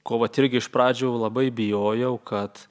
ko vat irgi iš pradžių labai bijojau kad